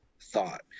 thought